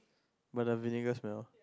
by the vinegar smell